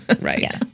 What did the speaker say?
right